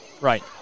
Right